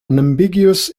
unambiguous